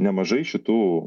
nemažai šitų